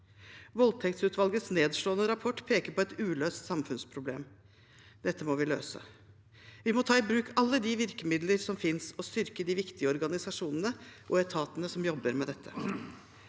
Voldtektsutvalgets nedslående rapport peker på et uløst samfunnsproblem. Dette må vi løse. Vi må ta i bruk alle de virkemidler som finnes, og styrke de viktige organisasjonene og etatene som jobber med dette.